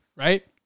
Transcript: Right